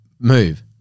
move